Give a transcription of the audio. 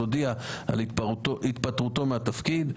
הודיע על התפטרותו מהתפקיד.